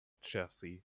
chassis